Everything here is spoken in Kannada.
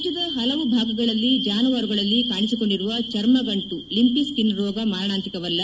ರಾಜ್ಯದ ಹಲವು ಭಾಗಗಳಲ್ಲಿ ಜಾನುವಾರುಗಳಲ್ಲಿ ಕಾಣಿಸಿಕೊಂಡಿರುವ ಚರ್ಮಗಂಟು ಲಿಂಪಿ ಸ್ಕಿನ್ ರೋಗ ಮಾರಣಾಂತಿಕವಲ್ಲ